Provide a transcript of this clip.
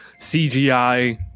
CGI